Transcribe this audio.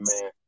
man